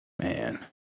Man